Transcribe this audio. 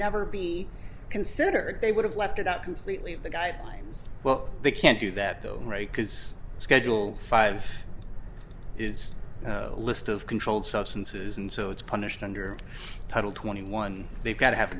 never be considered they would have left it out completely the guidelines well they can't do that though because scheduled five is a list of controlled substances and so it's punished under title twenty one they've got to have a